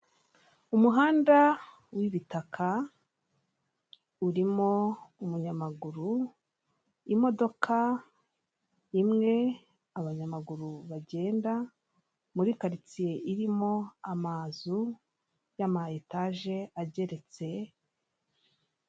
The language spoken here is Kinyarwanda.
Umuhanda w'ibitaka, urimo umunyamaguru, imodoka imwe, abanyamaguru bagenda muri karitsiye irimo amazu y'ama etaje ageretse,...